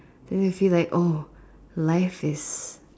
then we'll feel like oh life is